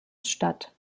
statt